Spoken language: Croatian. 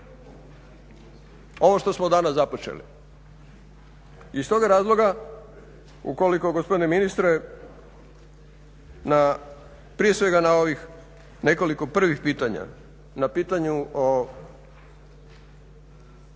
ovo što smo danas započeli.